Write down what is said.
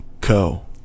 Co